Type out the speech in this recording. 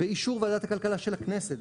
באישור ועדת הכלכלה של הכנסת,